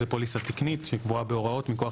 זו פוליסה תקנית שקבועה בהוראות מכוח